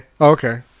okay